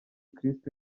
kristu